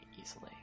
easily